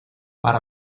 para